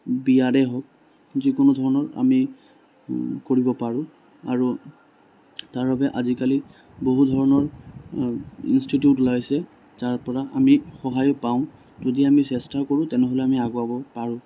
বিয়াৰে হওঁক যিকোনো ধৰণৰ আমি কৰিব পাৰোঁ আৰু তাৰবাবে আজিকালি বহু ধৰণৰ ইনষ্টিটিউট ওলাইছে যাৰ পৰা আমি সহায় পাওঁ যদি আমি চেষ্টা কৰোঁ তেতিয়া আমি আগুৱাব পাৰোঁ